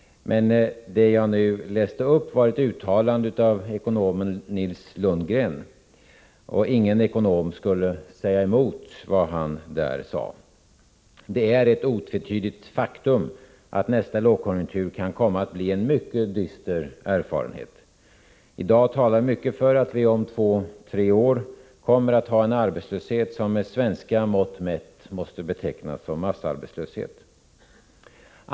Men det jag nu läste upp var ett uttalande av ekonomen Nils Lundgren. Ingen ekonom skulle säga emot vad han där sade. Det är ett otvetydigt faktum att nästa lågkonjunktur kan komma att bli en mycket dyster erfarenhet. I dag talar mycket för att vi om två tre år kommer att ha en arbetslöshet som med svenska mått mätt måste betecknas som massarbetslöshet.